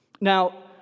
Now